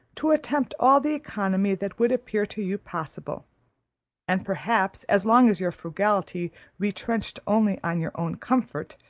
to attempt all the economy that would appear to you possible and, perhaps, as long as your frugality retrenched only on your own comfort,